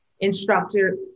instructor